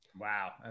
Wow